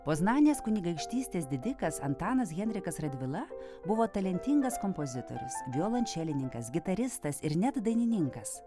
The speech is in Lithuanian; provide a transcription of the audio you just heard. poznanės kunigaikštystės didikas antanas henrikas radvila buvo talentingas kompozitorius violončelininkas gitaristas ir net dainininkas